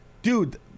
Dude